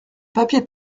papier